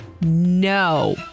No